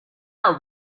are